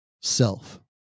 self